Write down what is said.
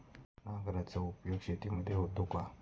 नांगराचा उपयोग शेतीमध्ये होतो का?